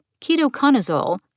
ketoconazole